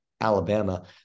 Alabama